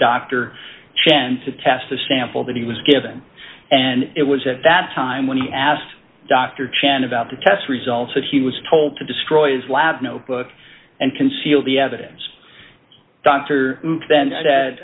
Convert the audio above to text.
dr chen to test the sample that he was given and it was at that time when he asked dr chen about the test results that he was told to destroy his lab notebook and conceal the evidence dr then